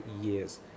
years